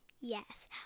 Yes